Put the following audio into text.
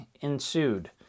ensued